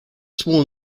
small